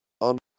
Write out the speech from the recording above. on